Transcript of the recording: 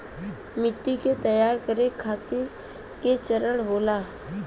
मिट्टी के तैयार करें खातिर के चरण होला?